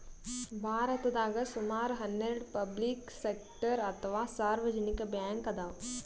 ಭಾರತದಾಗ್ ಸುಮಾರ್ ಹನ್ನೆರಡ್ ಪಬ್ಲಿಕ್ ಸೆಕ್ಟರ್ ಅಥವಾ ಸಾರ್ವಜನಿಕ್ ಬ್ಯಾಂಕ್ ಅದಾವ್